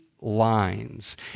lines